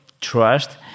trust